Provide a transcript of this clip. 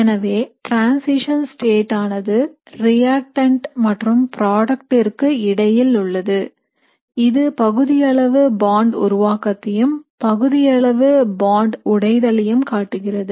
எனவே transition state ஆனது reactant மற்றும் புரோடக்ட்டிற்கு இடையில் உள்ளது இது பகுதியளவு பாண்ட் உருவாக்கத்தையும் பகுதியளவு பாண்ட் உடைதலையும் காட்டுகிறது